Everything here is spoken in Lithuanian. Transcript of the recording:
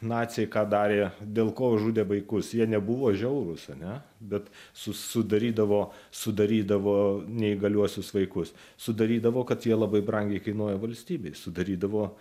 naciai ką darė dėl ko žudė vaikus jie nebuvo žiaurūs ar ne bet su sudarydavo sudarydavo neįgaliuosius vaikus sudarydavo kad jie labai brangiai kainuoja valstybei sudarydavo